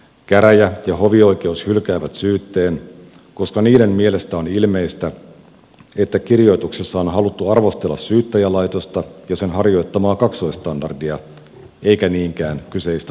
käräjä ja hovioikeus hylkäävät syytteen koska niiden mielestä on ilmeistä että kirjoituksessa on haluttu arvostella syyttäjälaitosta ja sen harjoittamaa kaksoisstandardia eikä niinkään kyseistä vähemmistöryhmää